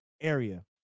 area